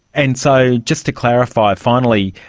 and so, just to clarify finally,